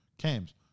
Cams